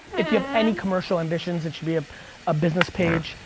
if you have any commercial ambitions it should be a ah business page.